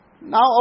now